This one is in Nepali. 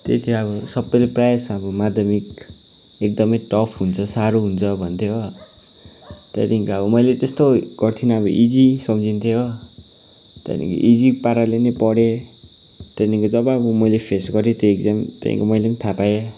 त्यही चाहिँ अब सबले प्रायः जस्तो अब माध्यमिक एकदम टफ्ट हुन्छ साह्रो हुन्छ भन्थे हो त्यहाँदेखिको अब मैले त्यस्तो कठिन अब इजी सम्झन्थे हो त्यहाँदेखि इजी पाराले नि पढेँ त्यहाँदेखिको जब मैले फेस गरेँ त्यो इक्जाम त्यहाँको मैले थाहा पाएँ